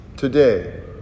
Today